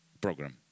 program